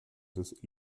des